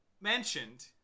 mentioned